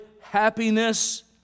Happiness